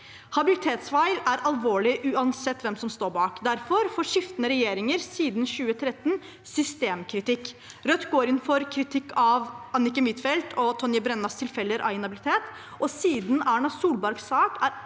Habilitetsfeil er alvorlig uansett hvem som står bak. Derfor får skiftende regjeringer siden 2013 systemkritikk. Rødt går inn for kritikk av Anniken Huitfeldt og Tonje Brennas tilfeller av inhabilitet, og siden Erna Solbergs sak er